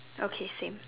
okay same